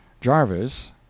Jarvis